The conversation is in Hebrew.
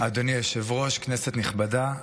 אדוני היושב-ראש, כנסת נכבדה,